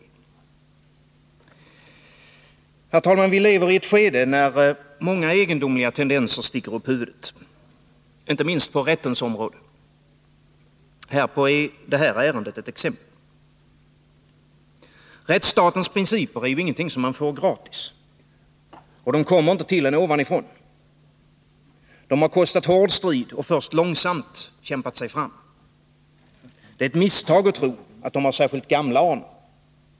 Herr talman! Vilever i ett skede när många egendomliga tendenser sticker upp huvudet — inte minst på rättens område. Härpå är detta ärende ett exempel. Rättsstatens principer är inget man får gratis. Och de kommer inte till en ovanifrån. De har kostat hård strid och först långsamt kämpat sig fram. Det är ett misstag att tro att de har särskilt gamla anor.